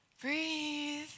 breathe